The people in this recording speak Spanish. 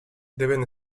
deben